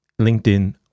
LinkedIn